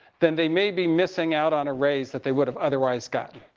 then they may be missing out on a raise that they would have otherwise gotten.